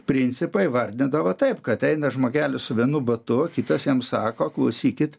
principą įvardindavo taip kad eina žmogelis su vienu batu kitas jam sako klausykit